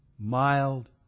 mild